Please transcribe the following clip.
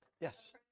Yes